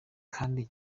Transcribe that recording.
kandi